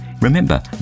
Remember